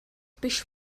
биш